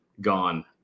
gone